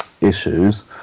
issues